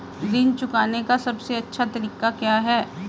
ऋण चुकाने का सबसे अच्छा तरीका क्या है?